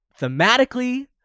Thematically